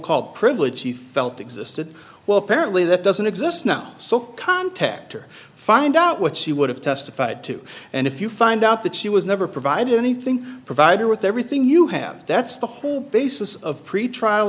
called prevail she thought existed well apparently that doesn't exist now so contact or find out what she would have testified to and if you find out that she was never provided anything provide her with everything you have that's the whole basis of pretrial